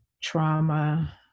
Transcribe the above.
trauma